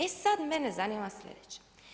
E sada mene zanima sljedeće.